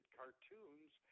cartoons